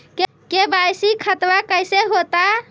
KYC खतबा कैसे होता?